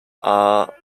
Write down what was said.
are